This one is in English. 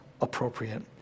appropriate